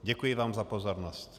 Děkuji vám za pozornost.